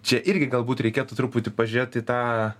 čia irgi galbūt reikėtų truputį pažiūrėt į tą